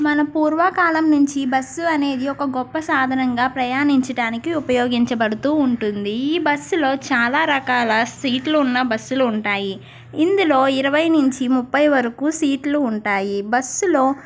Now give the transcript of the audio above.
మన పూర్వకాలం నుంచి బస్సు అనేది ఒక గొప్ప సాధనంగా ప్రయాణించడానికి ఉపయోగించబడుతూ ఉంటుంది ఈ బస్సులో చాలా రకాల సీట్లు ఉన్న బస్సులు ఉంటాయి ఇందులో ఇరవై నుంచి ముప్పై వరకు సీట్లు ఉంటాయి బస్సులో